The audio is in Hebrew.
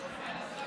סגן השר,